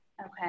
Okay